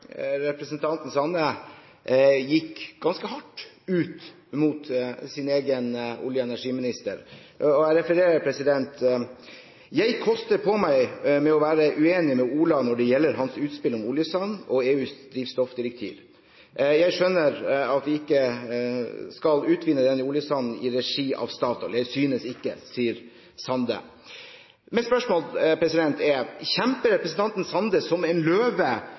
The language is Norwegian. representanten Sande gikk ganske hardt ut mot sin egen olje- og energiminister, og sa: «Jeg koster på meg å være uenig med Ola når det gjelder hans utspill om oljesand og EUs drivstoffdirektiv. Jeg synes ikke vi skal utvinne denne oljesanden i regi av Statoil.» Spørsmålet er: Kjemper representanten Sande som en løve